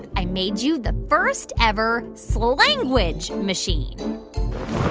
i made you the first-ever slanguage machine